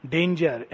Danger